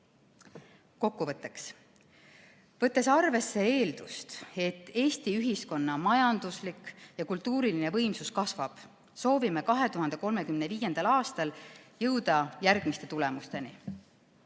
Kokkuvõtteks. Võttes arvesse eeldust, et Eesti ühiskonna majanduslik ja kultuuriline võimsus kasvab, soovime 2035. aastal jõuda järgmiste tulemusteni.